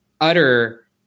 utter